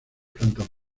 plantas